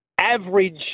average